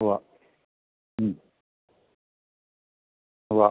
ഉവ്വ ഉവ്വ